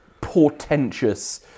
portentous